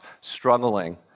struggling